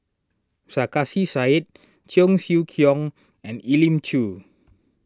Sarkasi Said Cheong Siew Keong and Elim Chew